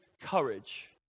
courage